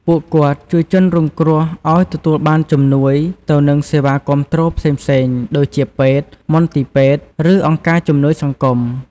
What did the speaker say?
ពួកគាត់ជួយជនរងគ្រោះឲ្យទទួលបានជំនួយទៅនឹងសេវាគាំទ្រផ្សេងៗ ដូចជាពេទ្យ មន្ទីរពេទ្យ ឬអង្គការជំនួយសង្គម។